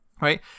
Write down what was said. right